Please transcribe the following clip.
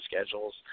schedules